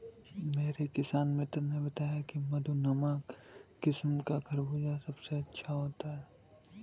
मेरे किसान मित्र ने बताया की मधु नामक किस्म का खरबूजा सबसे अच्छा होता है